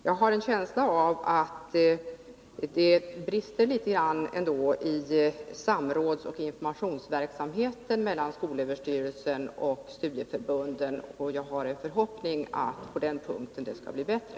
Jag har en känsla av att det brister litet grand i samrådsoch informationsverksamheten mellan skolöverstyrelsen och studieförbunden, och jag har en förhoppning att det på den punkten skall bli bättre.